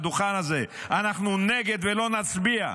הדוכן הזה: אנחנו נגד ולא נצביע,